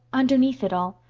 underneath it all,